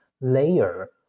layer